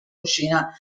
cucina